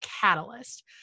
Catalyst